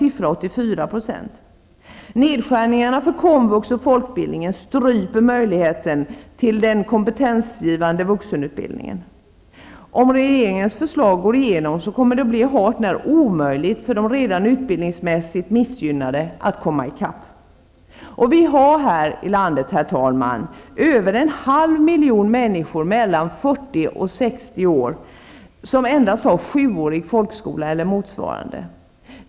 I USA Nedskärningarna av komvux och folkbildningen stryper möjligheten till den kompetensgivande vuxenutbildningen. Om regeringens förslag går igenom kommer det att bli hart när omöjligt för de utbildningsmässigt redan missgynnade att komma i kapp. Herr talman! Vi har i vårt land över en halv miljon människor mellan 40 och 60 år som endast har 7 årig folkskola eller motsvarande.